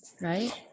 Right